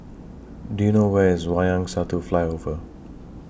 Do YOU know Where IS Wayang Satu Flyover